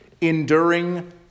Enduring